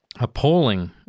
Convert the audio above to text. appalling